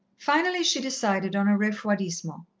finally she decided on a refroidissement.